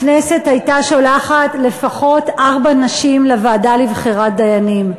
הכנסת הייתה שולחת לפחות ארבע נשים לוועדה לבחירת דיינים.